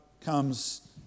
comes